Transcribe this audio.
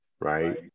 right